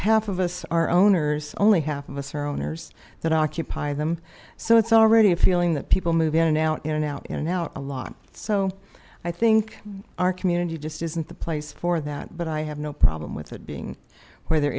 half of us are owners only half of us are owners that occupy them so it's already a feeling that people move in and out in and out in and out a lot so i think our community just isn't the place for that but i have no problem with it being where there